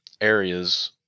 areas